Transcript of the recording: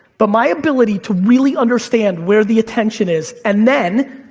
but my ability to really understand where the attention is, and then,